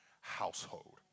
household